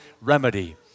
remedy